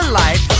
life